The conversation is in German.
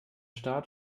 start